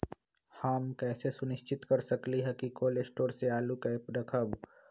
हम कैसे सुनिश्चित कर सकली ह कि कोल शटोर से आलू कब रखब?